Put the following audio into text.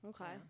Okay